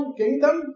kingdom